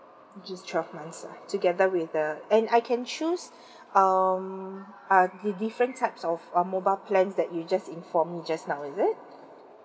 just twelve months lah together with the and I can choose um uh the different types of uh mobile plans that you just inform me just now is it